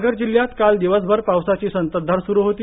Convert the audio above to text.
पालघर जिल्ह्यात काल दिवसभर पावसाची संततधार सुरू होती